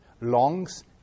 longs